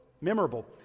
memorable